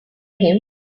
him